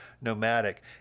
nomadic